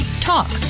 talk